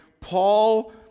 Paul